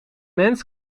mens